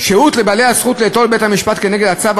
שהות לבעלי הזכות לעתור לבית-המשפט כנגד הצו.